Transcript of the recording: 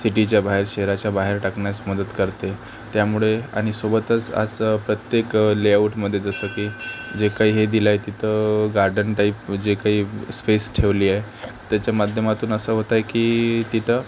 सिटीच्या बाहेर शहराच्या बाहेर टाकण्यास मदत करते त्यामुळे आणि सोबतच असं प्रत्येक लेआउटमध्ये जसं की जे काही हे दिलं आहे हे तिथं गार्डन टाईप जे काही स्पेस ठेवली आहे त्याच्या माध्यमातून असं होत आहे की तिथं